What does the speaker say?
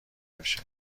بشه